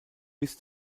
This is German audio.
bis